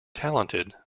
talented